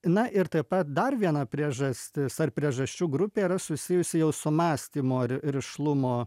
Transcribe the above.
na ir taip pat dar viena priežastis ar priežasčių grupė yra susijusi jau su mąstymo rišlumo